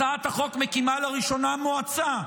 הצעת החוק מקימה לראשונה מועצה,